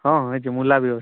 ହଁ ହେଇଯିବ ମୂଲା ବି ଅଛି